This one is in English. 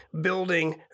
building